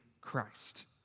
Christ